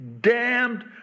damned